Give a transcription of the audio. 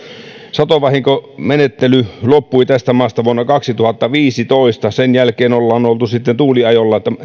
satovahinkomenettely loppui tästä maasta vuonna kaksituhattaviisitoista sen jälkeen ollaan oltu tuuliajolla